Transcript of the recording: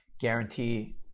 guarantee